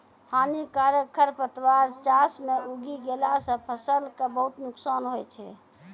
हानिकारक खरपतवार चास मॅ उगी गेला सा फसल कॅ बहुत नुकसान होय छै